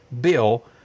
bill